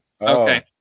Okay